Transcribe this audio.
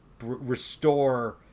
restore